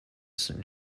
saint